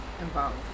involved